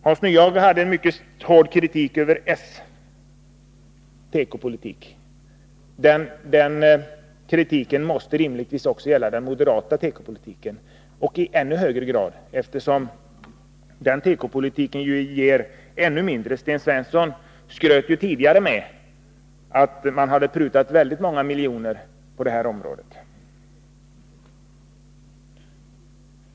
Hans Nyhage riktade en mycket hård kritik mot socialdemokraternas tekopolitik. Den kritiken måste rimligtvis också — och i ännu högre grad — gälla den moderata tekopolitiken, eftersom den ger ännu mindre. Sten Svensson skröt ju tidigare med att man hade prutat väldigt många miljoner på det här området.